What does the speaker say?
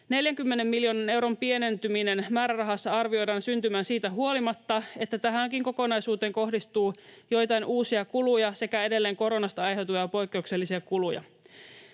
40 miljoonan euron pienentyminen määrärahassa arvioidaan syntymään siitä huolimatta, että tähänkin kokonaisuuteen kohdistuu joitakin uusia kuluja sekä edelleen koronasta aiheutuvia poikkeuksellisia kuluja.